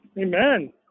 Amen